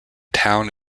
town